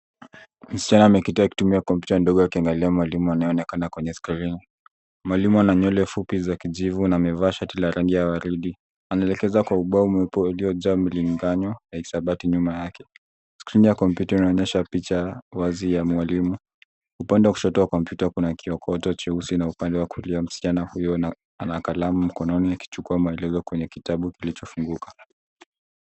Msichana ameketi akitumia kompyuta ndogo akiangalia mwalimu anayeonekana kwenye skrini. Mwalimu ana nywele fupi za kijivu na amevaa shati la rangi ya waridi. Anaelekeza kwa ubao mweupe uliojaa mlinganyo ya hisabati nyuma yake. Skrini ya kompyuta inaonyesha picha wazi ya mwalimu. Upande wa kushoto kwa kompyuta kuna kiokoto cheusi na upande wa kulia msichana huyo ana kalamu mkononi akichukua maelezo kwenye kitabu kilichofunguka.